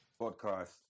podcast